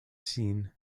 seen